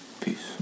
Peace